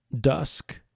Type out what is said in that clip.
dusk